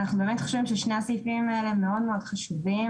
אנחנו באמת חושבים ששני הסעיפים האלה הם מאוד-מאוד חשובים.